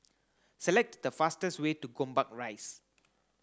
select the fastest way to Gombak Rise